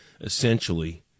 essentially